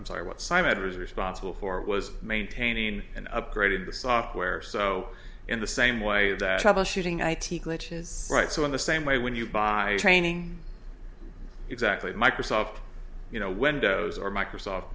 i'm sorry what side is responsible for was maintaining and upgraded the software so in the same way that troubleshooting i t glitches right so in the same way when you buy training exactly microsoft you know windows or microsoft